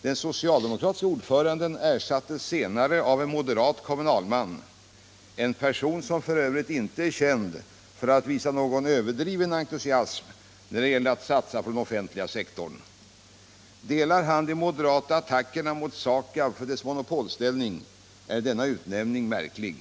Den socialdemokratiske ordföranden ersattes senare av en moderat kommunalman, en person som f. ö. inte är känd för att visa någon överdriven entusiasm när det gäller att satsa på den offentliga sektorn. Instämmer han i de moderata attackerna mot SAKAB för dess monopolställning, är utnämningen märklig.